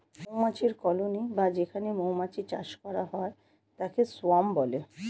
মৌমাছির কলোনি বা যেখানে মৌমাছির চাষ করা হয় তাকে সোয়ার্ম বলে